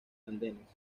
andenes